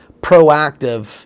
proactive